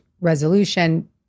resolution